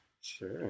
sure